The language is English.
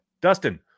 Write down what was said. Dustin